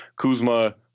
Kuzma